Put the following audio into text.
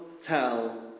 tell